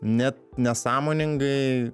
net nesąmoningai